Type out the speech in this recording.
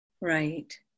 Right